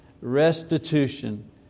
restitution